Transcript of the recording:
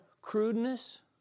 crudeness